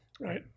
right